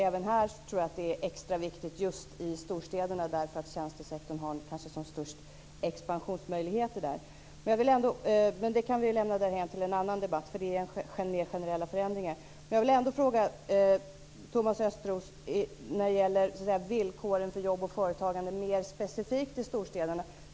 Även detta är extra viktigt just i storstäderna, eftersom tjänstesektorn nog har störst expansionsmöjligheter där. Men detta är fråga om mer generella förändringar, som vi kan lämna därhän till en annan debatt. Men jag vill ändå fråga Thomas Östros om villkoren för jobb och företagande mer specifikt i storstäderna.